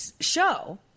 show